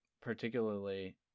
particularly